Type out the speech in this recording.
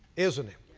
isn't it?